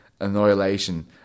annihilation